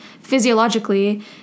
physiologically